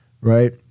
right